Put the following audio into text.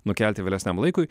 nukelti vėlesniam laikui